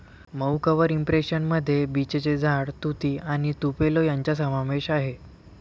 मऊ cover impression मध्ये बीचचे झाड, तुती आणि तुपेलो यांचा समावेश आहे